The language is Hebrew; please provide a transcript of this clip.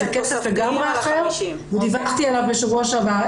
זה כסף לגמרי אחר ודיווחתי עליו בשבוע שעבר.